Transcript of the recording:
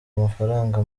amafaranga